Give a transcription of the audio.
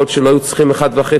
יכול להיות שלא היו צריכים 1.5%,